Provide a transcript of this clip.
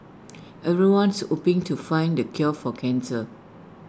everyone's hoping to find the cure for cancer